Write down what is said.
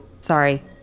Sorry